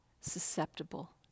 susceptible